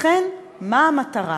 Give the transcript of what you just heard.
לכן, מה המטרה?